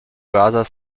rather